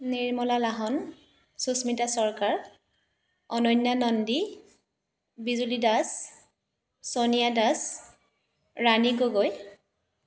Nirmala Lahon Susmita Sarkar Ananya Nandi Bijuli Das Sonia Das Rani Gogoi